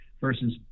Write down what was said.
versus